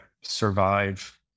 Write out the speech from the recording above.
survive